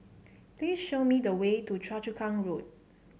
please show me the way to Choa Chu Kang Road